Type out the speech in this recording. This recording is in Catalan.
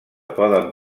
poden